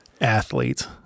athlete